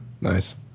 Nice